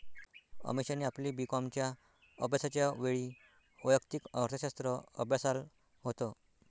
अमीषाने आपली बी कॉमच्या अभ्यासाच्या वेळी वैयक्तिक अर्थशास्त्र अभ्यासाल होत